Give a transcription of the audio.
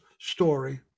story